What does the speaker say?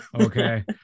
Okay